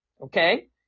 okay